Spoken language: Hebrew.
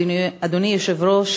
אדוני היושב-ראש,